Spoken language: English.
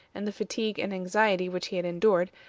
and the fatigue and anxiety which he had endured,